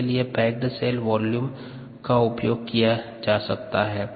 इसके लिए packed cell volume का उपयोग भी किया जा सकता है